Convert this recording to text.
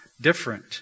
Different